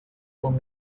con